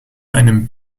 einem